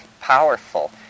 powerful